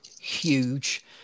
huge